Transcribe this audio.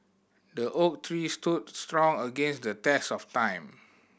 the oak tree stood strong against the test of time